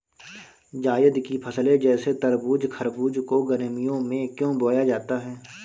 जायद की फसले जैसे तरबूज़ खरबूज को गर्मियों में क्यो बोया जाता है?